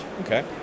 okay